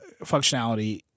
functionality